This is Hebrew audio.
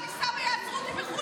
אם אני עכשיו אסע ויעצרו אותי בחו"ל,